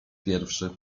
pierwszy